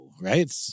right